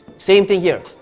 same thing here.